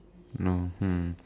no hmm